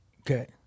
okay